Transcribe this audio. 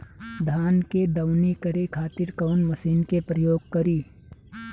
धान के दवनी करे खातिर कवन मशीन के प्रयोग करी?